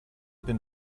been